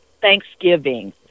Thanksgiving